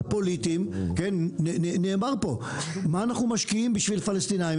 הפוליטיים מה אנחנו משקיעים בשביל הפלסטינים,